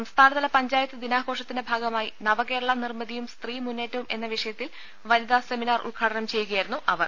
സംസ്ഥാനതല പഞ്ചായത്ത് ദിനാഘോഷത്തിന്റെ ഭാഗമായി നവകേരള നിർമ്മിതിയും സ്ത്രീ മുന്നേറ്റവും എന്ന വിഷയത്തിൽ വനിത സെമിനാർ ഉദ്ഘാടനം ചെയ്യുക യായിരുന്നു അവർ